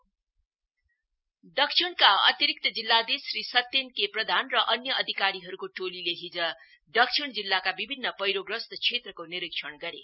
inspection south दक्षिणका अतिरिक्त जिल्लाधीश श्री सत्येन के प्रधान र अन्य अधिकारीहरुको टोलीले हिज दक्षिण जिल्लाका विभिन्न पैह्रोग्रस्त क्षेत्रको निरीक्षण गरे